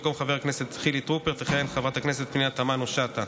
במקום חבר הכנסת חילי טרופר תכהן חברת הכנסת פנינה תמנו שטה.